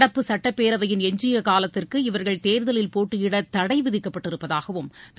நடப்பு சட்டப்பேரவையின் எஞ்சிய காலத்திற்கு இவர்கள் தேர்தலில் போட்டியிட தடை விதிக்கப்பட்டிருப்பதாகவும் திரு